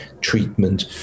treatment